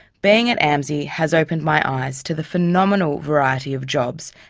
being at amsi has opened my eyes to the phenomenal variety of jobs,